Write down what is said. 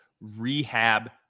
rehab